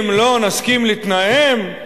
אם לא נסכים לתנאיהם,